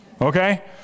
Okay